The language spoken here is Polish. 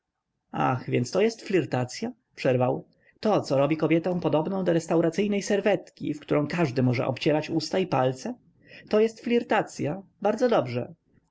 ach więc to jest flirtacya przerwał to co robi kobietę podobną do restauracyjnej serwetki w którą każdy może obcierać usta i palce to jest flirtacya bardzo dobrze